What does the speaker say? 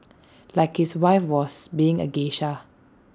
like his wife was being A geisha